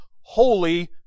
holy